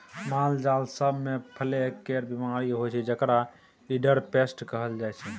मालजाल सब मे प्लेग केर बीमारी होइ छै जेकरा रिंडरपेस्ट कहल जाइ छै